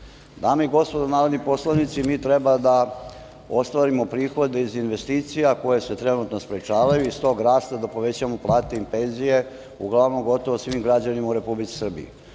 i gospodo narodni poslanici mi treba da ostvarimo prihode iz investicija koje se trenutno sprečavaju, iz tog rasta da povećamo plate i penzije, uglavnom gotovo svim građanima u Republici Srbiji.